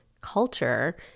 culture